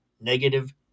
Negative